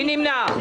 מי נמנע?